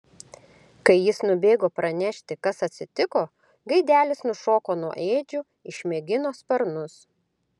kai jis nubėgo pranešti kas atsitiko gaidelis nušoko nuo ėdžių išmėgino sparnus